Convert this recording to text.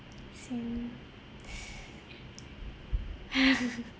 same